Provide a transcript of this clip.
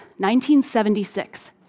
1976